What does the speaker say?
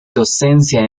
docencia